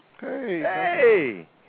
Hey